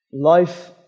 Life